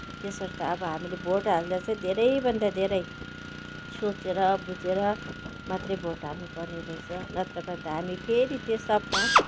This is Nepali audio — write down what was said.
त्यसर्थ अब हामीले भोट हाल्दा चाहिँ धेरैभन्दा धेरै सोचेर बुझेर मात्रै भोट हाल्नुपर्ने रहेछ नत्र भने त हामी फेरि त्यो सपना